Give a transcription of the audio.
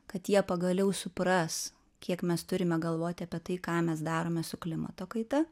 kad jie pagaliau supras kiek mes turime galvoti apie tai ką mes darome su klimato kaita